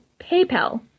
PayPal